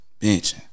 Benching